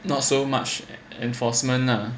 not so much enforcement lah